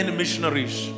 missionaries